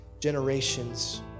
generations